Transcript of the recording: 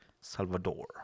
Salvador